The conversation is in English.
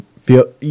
feel